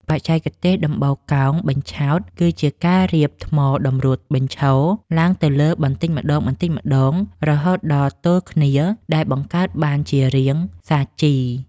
បច្ចេកទេសដំបូលកោងបញ្ឆោតគឺជាការរៀបថ្មតម្រួតបញ្ឈរឡើងទៅលើបន្តិចម្តងៗរហូតដល់ទល់គ្នាដែលបង្កើតបានជារាងសាជី។